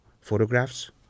photographs